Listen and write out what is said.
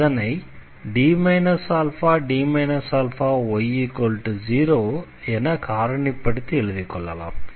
அதனை D αD αy0 என காரணிப்படுத்தி எழுதிக் கொள்ளலாம்